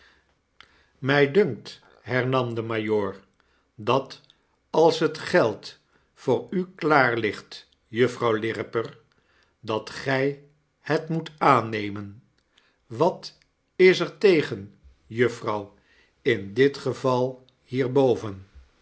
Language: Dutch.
my dunkt hernarn de majoor dat als het geld voor u klaar ligt juffrouw lirriper dat gij het moet aannemen wat is er tegen juffrouw in dit geval